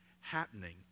happening